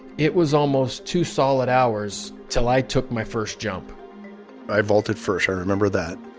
it was almost two solid hours till i took my first jump i vaulted first. i remember that.